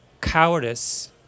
cowardice